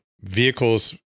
vehicles